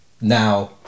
now